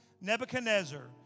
Nebuchadnezzar